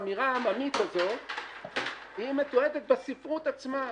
אגב, האמירה העממית הזאת מתועדת בספרות עצמה.